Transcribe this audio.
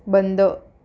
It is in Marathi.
बंद